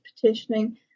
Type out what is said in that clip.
petitioning